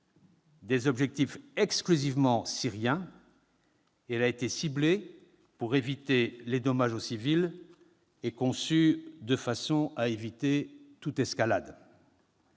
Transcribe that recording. des objectifs exclusivement syriens. Elle a été ciblée pour éviter les dommages aux civils et conçue de façon à éviter toute escalade.